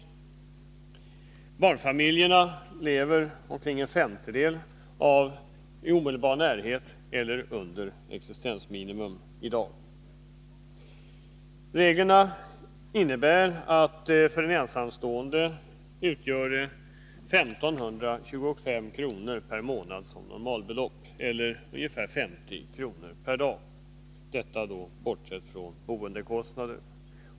Av barnfamiljerna lever i dag omkring en femtedel i omedelbar närhet av eller under existensminimum. För en ensamstående är existensminimum enligt gällande regler 1 525 kr. per månad eller ungefär 50 kr. per dag. Detta bortsett från boendekostnaden.